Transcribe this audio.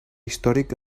històric